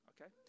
okay